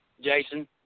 Jason